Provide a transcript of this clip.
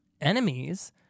enemies